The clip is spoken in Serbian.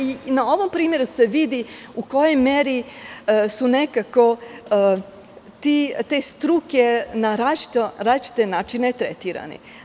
I na ovom primeru se vidi u kojoj meri su nekako te struke na različite načine tretirane.